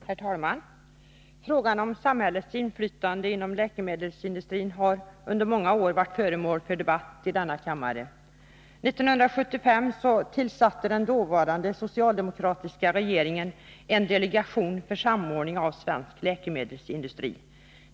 Herr talman! Frågan om samhällets inflytande inom läkemedelsindustrin har under många år varit föremål för debatt i denna kammare. 1975 tillsatte den dåvarande socialdemokratiska regeringen en delegation för samordning av svensk läkemedelsindustri.